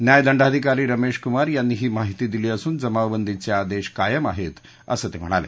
न्यायदडांधिकारी रमेश कुमार यांनी ही माहिती दिली असून जमावबंदीचे आदेश कायम आहेत असं ते म्हणाले